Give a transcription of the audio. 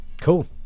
Cool